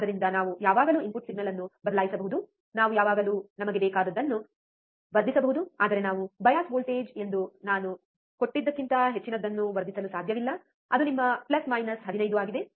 ಆದ್ದರಿಂದ ನಾವು ಯಾವಾಗಲೂ ಇನ್ಪುಟ್ ಸಿಗ್ನಲ್ ಅನ್ನು ಬದಲಾಯಿಸಬಹುದು ನಾವು ಯಾವಾಗಲೂ ನಮಗೆ ಬೇಕಾದುದನ್ನು ವರ್ಧಿಸಬಹುದು ಆದರೆ ನಾವು ಬಯಾಸ್ ವೋಲ್ಟೇಜ್ ಎಂದು ನಾನು ಕೊಟ್ಟಿದ್ದಕ್ಕಿಂತ ಹೆಚ್ಚಿನದನ್ನು ವರ್ಧಿಸಲು ಸಾಧ್ಯವಿಲ್ಲ ಅದು ನಿಮ್ಮ ಪ್ಲಸ್ ಮೈನಸ್ 15 ಆಗಿದೆ